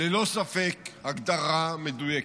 ללא ספק הגדרה מדויקת.